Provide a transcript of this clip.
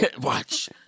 Watch